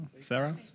Sarah